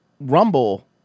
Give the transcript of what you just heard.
Rumble